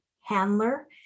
handler